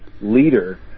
leader